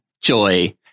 Joy